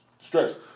Stress